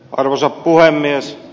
arvoisa puhemies